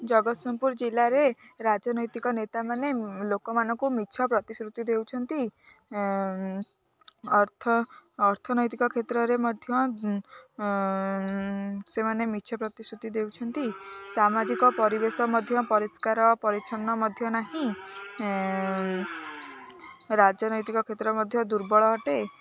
ଜଗତସିଂହପୁର ଜିଲ୍ଲାରେ ରାଜନୈତିକ ନେତାମାନେ ଲୋକମାନଙ୍କୁ ମିଛ ପ୍ରତିଶ୍ରୁତି ଦେଉଛନ୍ତି ଅର୍ଥ ଅର୍ଥନୈତିକ କ୍ଷେତ୍ରରେ ମଧ୍ୟ ସେମାନେ ମିଛ ପ୍ରତିଶ୍ରୁତି ଦେଉଛନ୍ତି ସାମାଜିକ ପରିବେଶ ମଧ୍ୟ ପରିଷ୍କାର ପରିଚ୍ଛନ୍ନ ମଧ୍ୟ ନାହିଁ ରାଜନୈତିକ କ୍ଷେତ୍ର ମଧ୍ୟ ଦୁର୍ବଳ ଅଟେ